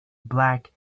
black